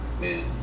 man